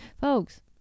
Folks